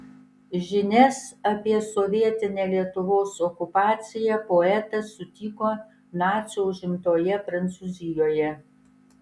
žinias apie sovietinę lietuvos okupaciją poetas sutiko nacių užimtoje prancūzijoje